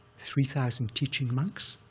three thousand teaching monks,